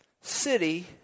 city